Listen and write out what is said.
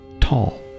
tall